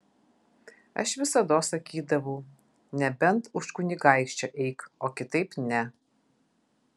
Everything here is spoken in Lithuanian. aš visados sakydavau nebent už kunigaikščio eik o kitaip ne